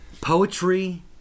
poetry